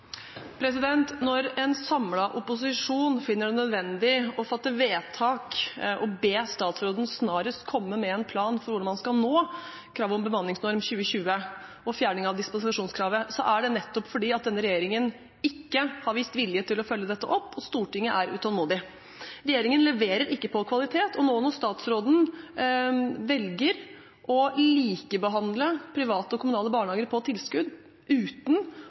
Når en samlet opposisjon finner det nødvendig å fatte vedtak og be statsråden snarest komme med en plan for hvordan man skal nå kravet om en bemanningsnorm fra 2020 og fjerning av dispensasjonskravet, er det fordi denne regjeringen ikke har vist vilje til å følge dette opp, og Stortinget er utålmodig. Regjeringen leverer ikke på kvalitet. Nå når statsråden velger å likebehandle private og kommunale barnehager når det gjelder tilskudd, uten